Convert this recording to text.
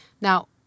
Now